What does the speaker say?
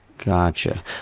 Gotcha